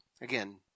again